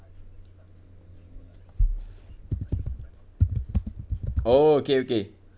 oh okay okay